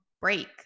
break